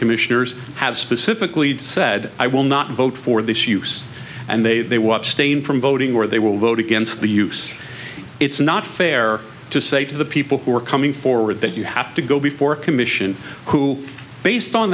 commissioners have specifically said i will not vote for this use and they they watch stain from voting or they will vote against the use it's not fair to say to the people who are coming forward that you have to go before a commission who based on